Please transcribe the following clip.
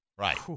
Right